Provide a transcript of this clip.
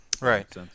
right